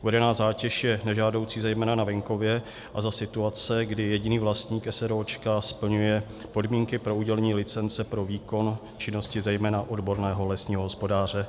Uvedená zátěž je nežádoucí zejména na venkově a za situace, kdy jediný vlastník s. r. o. splňuje podmínky pro udělení licence pro výkon činnosti zejména odborného lesního hospodáře.